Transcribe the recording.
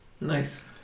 Nice